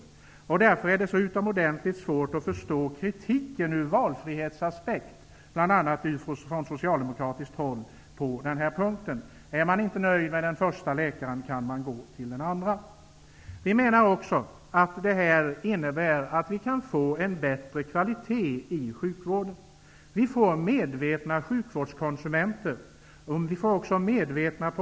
Därför är det ur valfrihetsaspekt så utomordentligt svårt att förstå kritiken från bl.a. socialdemokratiskt håll. I och med detta förslag kan kvaliteten inom sjukvården bli bättre. Sjukvårdskonsumenterna liksom producenterna blir medvetna.